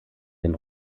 den